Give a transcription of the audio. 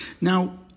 Now